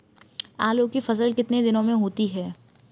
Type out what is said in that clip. आलू की फसल कितने दिनों में होती है?